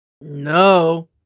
No